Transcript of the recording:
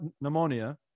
pneumonia